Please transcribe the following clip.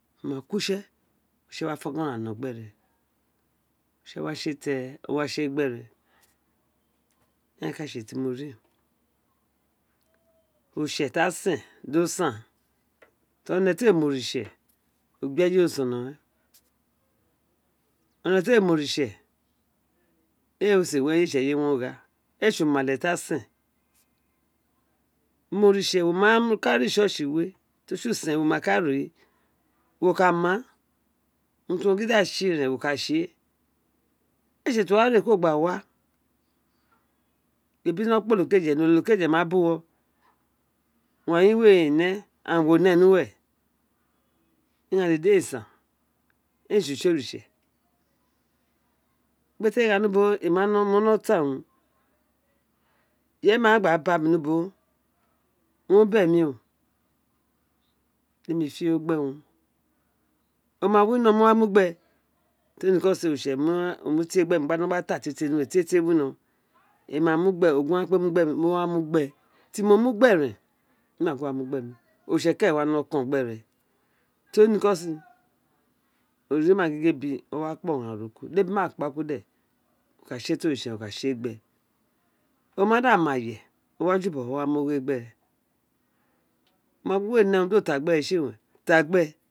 Wo mu ku utse oritse wá fo ógónạ no gbere ọritse wa tse tẹre ọ wa tse gbere eren ka tse urun tì mo rioritse tì á sen dọ sen to ri õnẹ ti a mi oritse ọ gbi eyero son reen one tì a mi ọritse wẽrẽ a tsì eye we ówin ọ gha a tsi umile ti a sén mre we trotsi usen we wó kama urun trogin dạ the ten wo ka tsi atsí trioquo wa re aba wa ebi no lepa olokej, re nr ode ọlokaj ma bu wo wa in we ne den wó ne nu we ghean dedi ée toi utse artsy ee gha nu bo ws ubowe gin gbi e te mr gha mo mans tọ urun treye ma wa ba mi ni ubowe obemí ó daems fr ogho gbe wun ọ ma wino mo mu abé torr niko sin oritse ò my the gbems tems no aba aba ta tie tre ny iwe we there wings emr gbé o gin ọ wa mà my g lepe mu formi pho wa gbs ti mo my gbe sen pemí toho my reen gin ọ̀ wa da tun mu glasmr mu ghé vero wa da tun kipe mu gbe timo mo wa kep my kum aber da tun mioriifse wa da da tun ep ene dedi mér gin ebi wa epa granren no ky drebi nha we ka tse kpa kuu de toritse bn tse gbe mí aye o dva ju bowa gbe ama da gban mir gho ma gin we we gbene ne we ta gbe tsi wèn ta gbé.